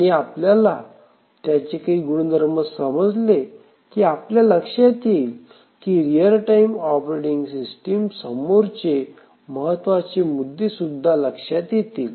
आणि आपल्याला त्याचे काही गुणधर्म समजले की आपल्या लक्षात येईल की रियल टाइम ऑपरेटिंग सिस्टिम समोरचे महत्वाचे मुद्दे लक्षात येतील